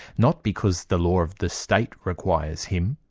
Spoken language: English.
not because the law of the state requires him,